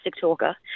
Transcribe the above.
talker